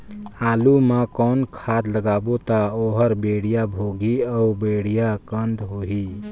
आलू मा कौन खाद लगाबो ता ओहार बेडिया भोगही अउ बेडिया कन्द होही?